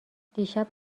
دیشب